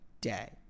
day